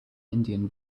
indian